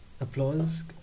applause